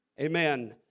Amen